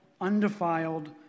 undefiled